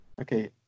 Okay